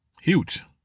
huge